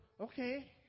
okay